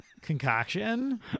concoction